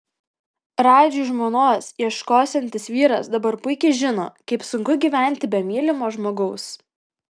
radžiui žmonos ieškosiantis vyras dabar puikiai žino kaip sunku gyventi be mylimo žmogaus